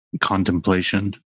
contemplation